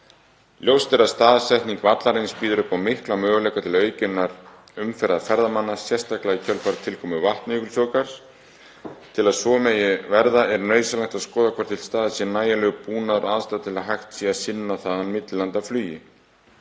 Ljóst er að staðsetning vallarins býður upp á mikla möguleika til aukinnar umferðar ferðamanna, sérstaklega í kjölfar tilkomu Vatnajökulsþjóðgarðs. Til að svo megi verða er nauðsynlegt að skoða hvort til staðar sé nægjanlegur búnaður og aðstaða til að hægt sé að sinna þaðan millilandaflugi.